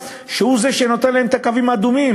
שהוא זה שנותן להם את הקווים האדומים,